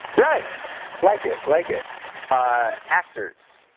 nice like it like it actors